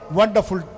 wonderful